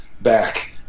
back